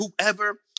whoever